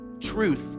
truth